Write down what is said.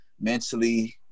mentally